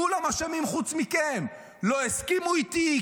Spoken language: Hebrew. כולם אשמים חוץ מכם: לא הסכימו אתי,